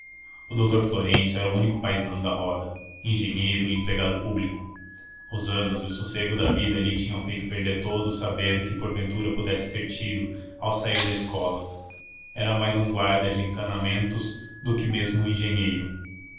o doutor florêncio era o único paisano da roda engenheiro e empregado público os anos e o sossego da vida lhe tinham feito perder todo o saber que porventura pudesse ter tido ao sair da escola era mais um guarda de encanamentos do que mesmo um engenheiro